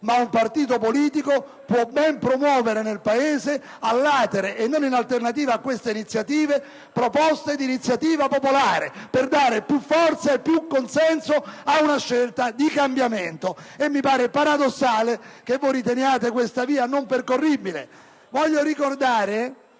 ma un partito politico può ben promuovere nel Paese, *a latere* e non in alternativa, proposte di iniziativa popolare, per dare più forza e consenso ad una scelta di cambiamento. E mi pare paradossale che riteniate questa via non percorribile. *(Commenti dal